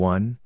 One